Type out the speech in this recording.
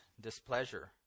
displeasure